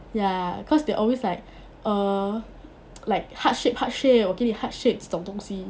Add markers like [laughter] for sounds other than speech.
ya cause they always like err [noise] like heart shape heart shape 我给你 heart shape 这种东西